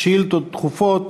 שאילתות דחופות.